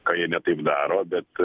ką jie ne taip daro bet